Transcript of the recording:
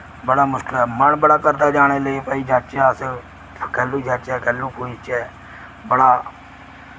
बड़ा मुश्कल ऐ मन बड़ा करदा जाने लै भाई जाह्चै अस कैलूं जाह्चै कैलू पुजचै बड़ा